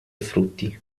frutti